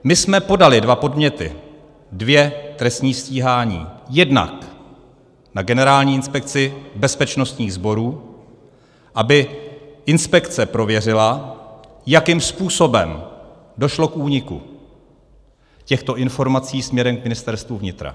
My jsme podali dva podněty, dvě trestní stíhání jednak na Generální inspekci bezpečnostních sborů, aby inspekce prověřila, jakým způsobem došlo k úniku těchto informací směrem k Ministerstvu vnitra.